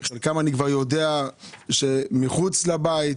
חלקם, אני כבר יודע שמחוץ לבית.